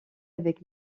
avec